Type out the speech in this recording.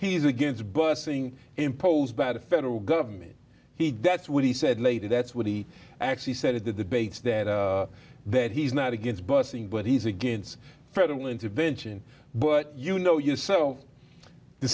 he's against busing imposed by the federal government he does what he said later that's what he actually said at the debates that that he's not against busing but he's against federal intervention but you know yourself the